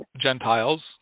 Gentiles